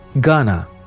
Ghana